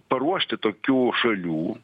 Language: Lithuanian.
paruošti tokių šalių